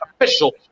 official